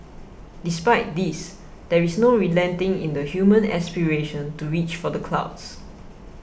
despite this there is no relenting in the human aspiration to reach for the clouds